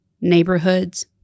neighborhoods